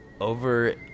over